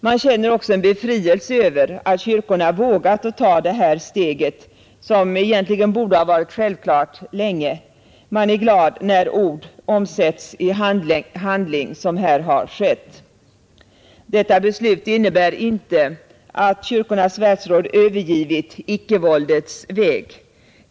Man känner också en befrielse över att kyrkorna vågat ta det här steget, som egentligen borde ha varit självklart länge; man är glad när ord omsätts i handling, som här har skett. Detta beslut innebär inte att Kyrkornas världsråd övergivit icke-våldets väg.